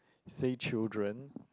say children